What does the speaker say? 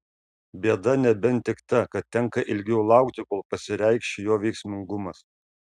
bėda nebent tik ta kad tenka ilgiau laukti kol pasireikš jo veiksmingumas